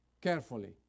carefully